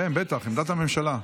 כן, בטח, עמדת הממשלה.